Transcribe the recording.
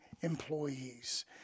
employees